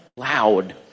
Loud